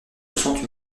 ressentent